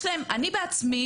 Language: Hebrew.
לי בעצמי